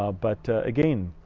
ah but again,